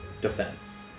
defense